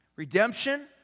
Redemption